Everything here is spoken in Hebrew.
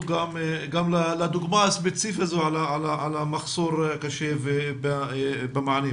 גם לדוגמה הספציפית הזאת על המחסור הקשה במענים.